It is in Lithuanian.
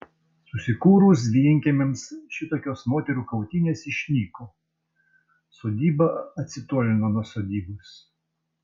susikūrus vienkiemiams šitokios moterų kautynės išnyko sodyba atsitolino nuo sodybos